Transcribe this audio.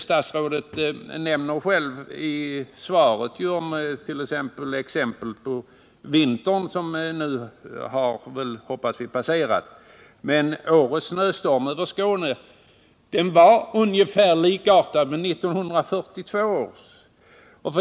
Statsrådet nämner själv i svaret vintern, som väl nu — hoppas vi — har passerat. Årets snöstorm i Skåne var likartad 1942 års.